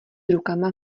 rukama